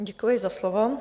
Děkuji za slovo.